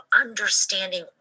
understanding